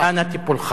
אנא טיפולך.